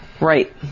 Right